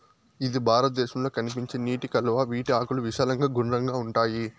ఇది భారతదేశంలో కనిపించే నీటి కలువ, వీటి ఆకులు విశాలంగా గుండ్రంగా ఉంటాయి